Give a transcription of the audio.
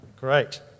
great